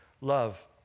love